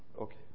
Okay